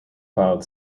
filed